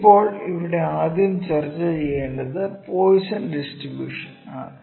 ഇപ്പോൾ ഇവിടെ ആദ്യം ചർച്ച ചെയ്യേണ്ടത് പോയിസ്സോൻ ഡിസ്ട്രിബൂഷൻസ് ആണ്